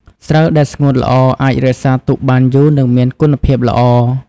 ស្រូវដែលស្ងួតល្អអាចរក្សាទុកបានយូរ និងមានគុណភាពល្អ។